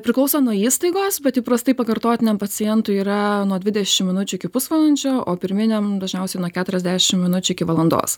priklauso nuo įstaigos bet įprastai pakartotiniam pacientui yra nuo dvidešim minučių iki pusvalandžio o pirminiam dažniausiai nuo keturiasdešim minučių iki valandos